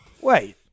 Wait